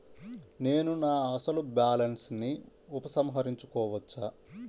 నేను నా అసలు బాలన్స్ ని ఉపసంహరించుకోవచ్చా?